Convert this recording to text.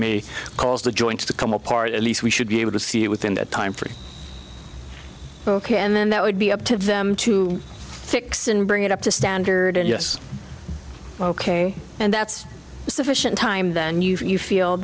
may cause the joints to come apart at least we should be able to see it within that timeframe ok and then that would be up to them to fix and bring it up to standard yes ok and that's sufficient time then you you feel